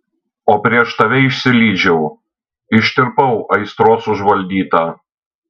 o prieš tave išsilydžiau ištirpau aistros užvaldyta